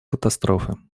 катастрофы